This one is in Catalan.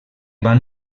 van